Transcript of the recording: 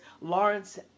Lawrence